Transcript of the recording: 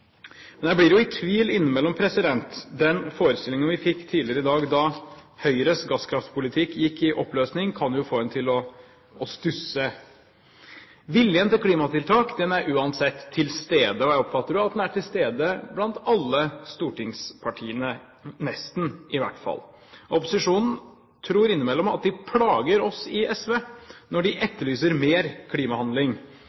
Men jeg blir i tvil innimellom. Den forestillingen vi fikk tidligere i dag, da Høyres gasskraftpolitikk gikk i oppløsning, kan jo få en til å stusse. Viljen til klimatiltak er uansett til stede, og jeg oppfatter jo at den er til stede blant alle stortingspartiene – nesten, i hvert fall. Opposisjonen tror innimellom at de plager oss i SV når de